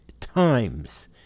times